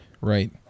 Right